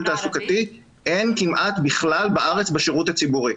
תעסוקתי אין כמעט בכלל בארץ בשירות הציבורי.